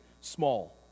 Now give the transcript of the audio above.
small